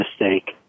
mistake